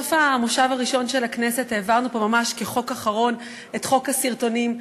בסוף המושב הראשון של הכנסת העברנו פה ממש כחוק אחרון את חוק הסרטונים,